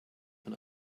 man